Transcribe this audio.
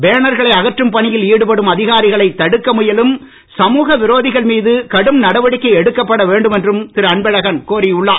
பேனர்களை அகற்றும் பணியில் ஈடுபடும் அதிகாரிகளை தடுக்க முயலும் சமூக விரோதிகள் மீது கடும் நடவடிக்கை எடுக்கப்பட வேண்டும் என்றும் திரு அன்பழகன் கோரி உள்ளார்